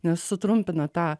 nes sutrumpina tą